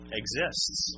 exists